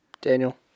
Daniel